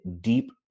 deep